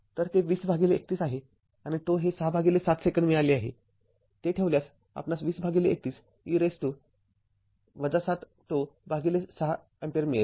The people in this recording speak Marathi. तरते २०३१ आहे आणि ζ हे ६७ सेकंद मिळाले आहे ते ठेवल्यास आपणास २०३१ e ७ζ६ अँपिअर मिळेल